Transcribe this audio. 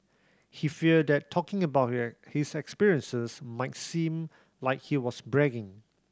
he feared that talking about his experiences might seem like he was bragging